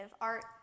art